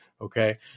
Okay